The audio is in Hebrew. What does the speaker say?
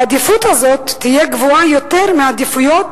העדיפות הזאת תהיה גבוהה יותר מהעדיפויות